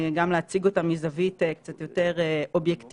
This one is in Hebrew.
גם להציג אותם מזווית קצת יותר אובייקטיבית.